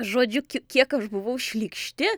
žodžiu k kiek aš buvau šlykšti